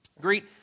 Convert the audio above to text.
Greet